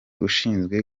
ushinzwe